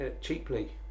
cheaply